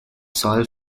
soil